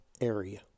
area